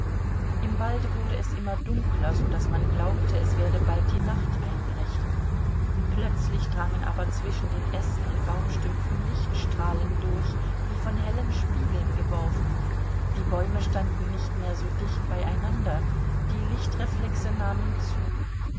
im walde wurde es immer dunkler so daß man glaubte es werde bald die nacht einbrechen plötzlich drangen aber zwischen den ästen und baumstümpfen lichtstrahlen durch wie von hellen spiegeln geworfen die bäume standen nicht mehr so dicht beieinander die lichtreflexe nahmen zu